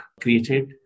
created